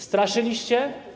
Straszyliście.